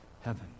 heaven